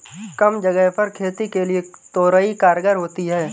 कम जगह पर खेती के लिए तोरई कारगर होती है